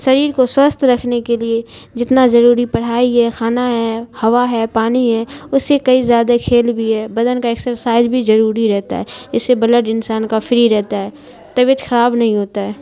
شریر کو سوستھ رکھنے کے لیے جتنا ضروری پڑھائی ہے خانا ہے ہوا ہے پانی ہے اس سے کئی زیادہ کھیل بھی ہے بدن کا ایکسرسائز بھی ضروری رہتا ہے اس سے بلڈ انسان کا فری رہتا ہے طبیعت خراب نہیں ہوتا ہے